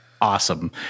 awesome